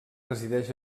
resideix